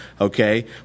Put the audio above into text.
okay